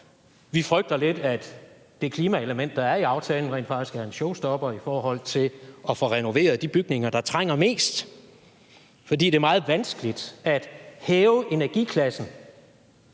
vi frygter lidt, at det klimaelement, der er i aftalen, rent faktisk er en showstopper i forhold til at få renoveret de bygninger, der trænger mest, fordi det er meget vanskeligt at hæve energiklassen